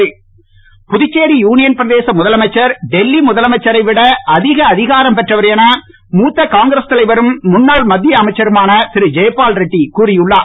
Jaipal Reddy Puducherry union பிரதேச முதலமைச்சர் டெல்லி முதலமைச்சரை விட அதிக அதிகாரம் பெற்றவர் என மூத்த காங்கிரஸ் தலைவரும் முன்னாள் மத்திய அமைச்சருமான திரு ஜெய்பால் ரெட்டி கூறி உள்ளார்